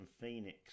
Phoenix